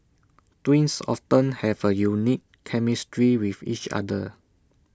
twins often have A unique chemistry with each other